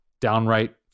downright